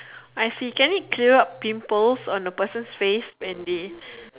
I see can it clear up pimples on the person's face when they